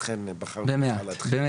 במעט.